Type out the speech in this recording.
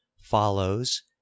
follows